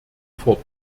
fort